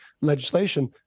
legislation